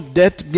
debt